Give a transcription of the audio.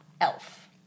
elf